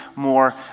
More